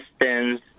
distance